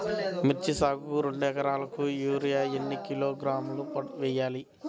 మిర్చి సాగుకు రెండు ఏకరాలకు యూరియా ఏన్ని కిలోగ్రాములు వేయాలి?